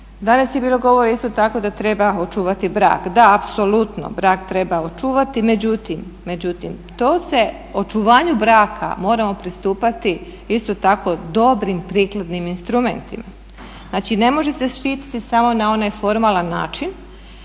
Danas je bilo govora isto tako da treba očuvati brak. Da, apsolutno brak treba očuvati, međutim tom se očuvanju braka moramo pristupati isto tako dobrim prikladnim instrumentima. Znači, ne može se štititi samo na onaj formalan način